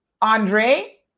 Andre